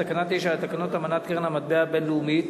תקנה 9 לתקנות אמנת קרן המטבע הבין-לאומית